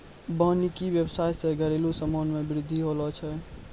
वानिकी व्याबसाय से घरेलु समान मे बृद्धि होलो छै